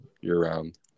year-round